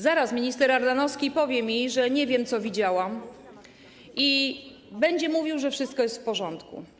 Zaraz minister Ardanowski powie mi, że nie wiem, co widziałam, i będzie mówił, że wszystko jest w porządku.